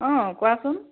অঁ কোৱাচোন